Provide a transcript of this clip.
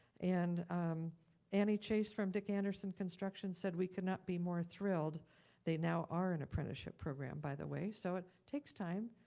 and annie chase from dick anderson construction said we cannot be more thrilled they now are an apprenticeship program, by the way. so it takes time.